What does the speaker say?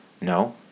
No